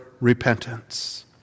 repentance